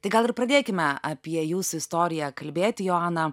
tai gal ir pradėkime apie jūsų istoriją kalbėti joana